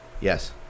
Yes